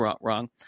wrong